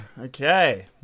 Okay